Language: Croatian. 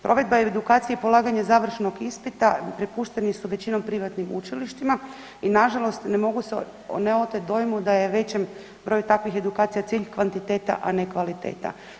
Provedba o edukaciji i polaganje završnog ispita prepušteni su većinom privatnim učilištima i nažalost ne mogu se neoteti dojmu da je većem broju takvih edukacija cilj kvantiteta, a ne kvaliteta.